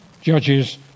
judges